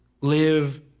live